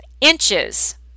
inches